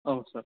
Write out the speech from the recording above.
औ सार